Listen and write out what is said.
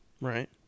right